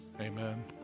Amen